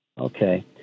Okay